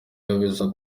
babizi